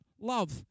love